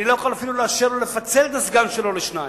אני לא יכול אפילו לאפשר לו לפצל את הסגן שלו לשניים.